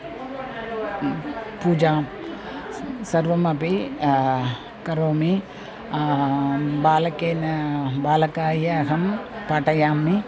पूजां स् सर्वम् अपि करोमि बालकेन बालकाय अहं पाठयामि